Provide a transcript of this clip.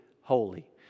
holy